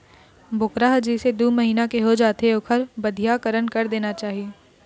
बोकरा ह जइसे दू महिना के हो जाथे ओखर बधियाकरन कर देना चाही